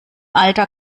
alter